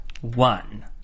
one